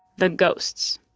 the ghosts.